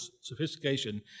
sophistication